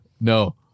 No